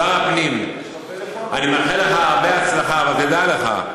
שר הפנים, אני מאחל לך הרבה הצלחה, אבל תדע לך: